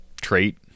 trait